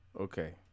Okay